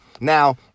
Now